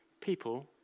people